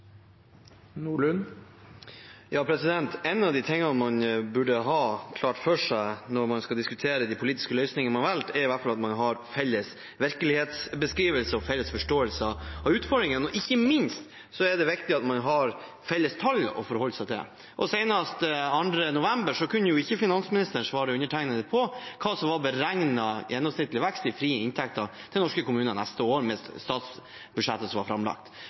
En av de tingene man burde ha klart for seg når man skal diskutere de politiske løsningene man har valgt, er i hvert fall at man har felles virkelighetsbeskrivelse og felles forståelse av utfordringene. Ikke minst er det viktig at man har felles tall å forholde seg til. Senest 2. november kunne ikke finansministeren svare undertegnede på hva som var beregnet gjennomsnittlig vekst i frie inntekter til norske kommuner neste år med statsbudsjettet som var framlagt.